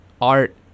art